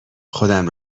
خودم